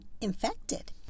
infected